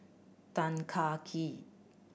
Tan Kah Kee